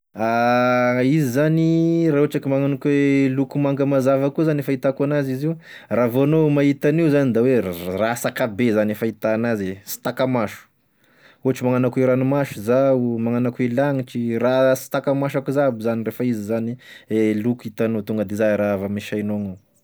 Le izy zany, raha ohatra ka magnano akone loko manga mazava koa zany e fahitako an'azy izy io raha vao anao mahita an'io zany da hoe raha zakabe zany e fahitan'azy e sy taka-maso, ohatra magnano akone ragnomasy zao, magnano akoa e lagnitry, raha sy taka-maso aky zao aby zany ndre fa izy zany de loko hitanao tonga de izay raha avy ame saignao.